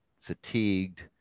fatigued